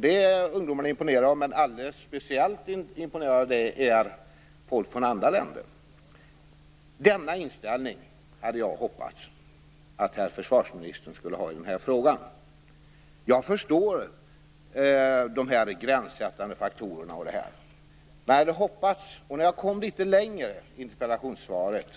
Det är ungdomarna imponerade av, men alldeles speciellt imponerade är folk från andra länder. Denna inställning hade jag hoppats att försvarsministern skulle ha i den här frågan. Jag förstår det försvarsministern säger om gränssättande faktorer. I den senare delen av interpellationssvaret,